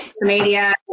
Media